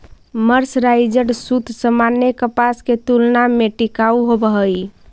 mercerised सूत सामान्य कपास के तुलना में टिकाऊ होवऽ हई